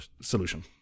solution